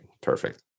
perfect